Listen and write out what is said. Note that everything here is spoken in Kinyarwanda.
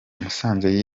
musanze